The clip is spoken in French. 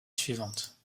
suivante